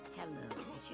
Hello